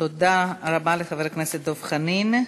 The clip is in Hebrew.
תודה רבה לחבר הכנסת דב חנין.